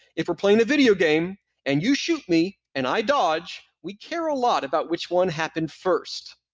if we're playing a video game and you shoot me and i dodge, we care a lot about which one happened first.